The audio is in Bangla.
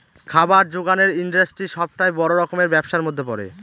খাবার জোগানের ইন্ডাস্ট্রি সবটাই বড় রকমের ব্যবসার মধ্যে পড়ে